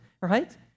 right